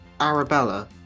Arabella